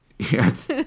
Yes